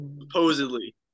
Supposedly